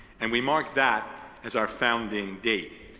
and we mark that as our founding date.